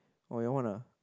oh you want ah